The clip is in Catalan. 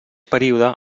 període